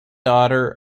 daughter